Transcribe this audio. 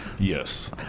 yes